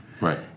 Right